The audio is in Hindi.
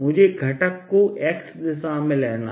मुझे घटक को x दिशा में लेना है